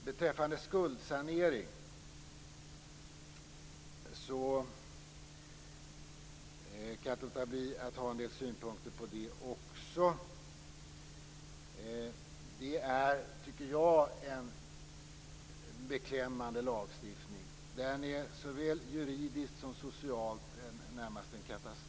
Sedan kan jag inte låta bli att ha en del synpunkter också beträffande skuldsanering. Jag tycker att det här är en beklämmande lagstiftning. Den är såväl juridiskt som socialt närmast en katastrof.